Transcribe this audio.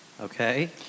Okay